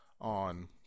on